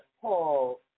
Paul